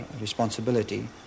responsibility